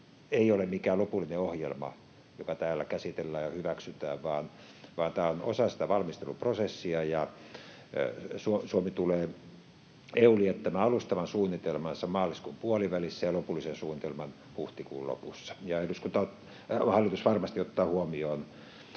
ei ole mikään lopullinen ohjelma, joka täällä käsitellään ja hyväksytään, vaan tämä on osa sitä valmisteluprosessia, ja Suomi tulee EU:lle jättämään alustavan suunnitelmansa maaliskuun puolivälissä ja lopullisen suunnitelman huhtikuun lopussa. Ja hallitus varmasti ottaa huomioon